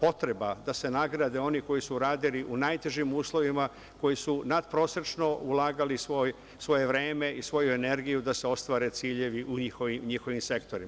potreba da se nagrade oni koji su radili u najtežim uslovima, koji su natprosečno ulagali svoje vreme i svoju energiju da se ostvare ciljevi u njihovim sektorima.